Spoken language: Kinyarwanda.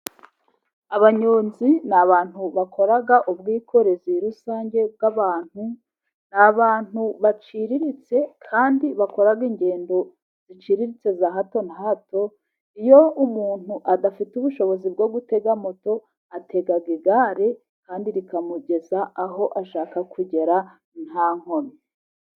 Abanyonzi n'abantu bakora ubwikorezi rusange bw'abantu . N'abantu baciriritse kandi bakora ingendo ziciriritse za hato na hato , iyo umuntu adafite ubushobozi bwo gutega moto atega igare kandi rikamugeza aho ashaka kugera nta nkomyi.